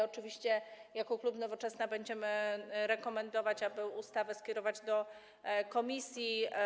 Oczywiście jako klub Nowoczesna będziemy rekomendować, aby ustawę skierować do komisji.